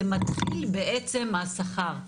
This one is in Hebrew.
זה מתחיל בעצם מהשכר.